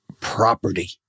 property